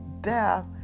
death